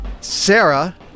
Sarah